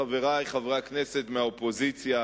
חברי חברי הכנסת מהאופוזיציה,